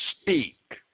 speak